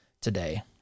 today